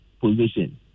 position